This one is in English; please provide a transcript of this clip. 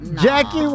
Jackie